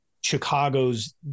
Chicago's